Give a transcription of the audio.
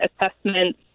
assessment